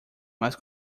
mas